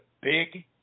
big